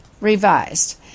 Revised